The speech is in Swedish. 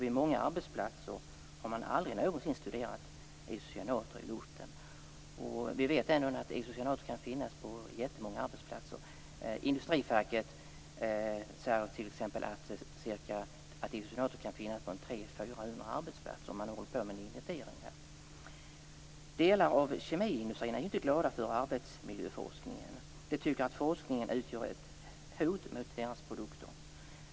Vid många arbetsplatser har man aldrig någonsin studerat isocyanater i luften. Vi vet ju att isocyanater kan finnas på jättemånga arbetsplatser. Industrifacket säger t.ex. att isocyanater kan finnas på 300-400 arbetsplatser. Man håller på med en inventering här. Delar av kemiindustrin är inte glada över arbetsmiljöforskningen. De tycker att forskningen utgör ett hot mot deras produkter.